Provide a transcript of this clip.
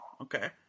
Okay